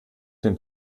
dem